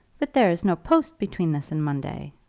but there is no post between this and monday,